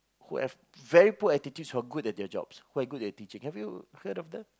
who have very poor attitudes who are good at their jobs who are good at teaching have you heard of that